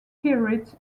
pyrite